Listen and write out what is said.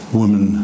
woman